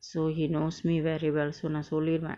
so he knows me very well so not so late what